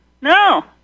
no